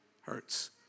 hurts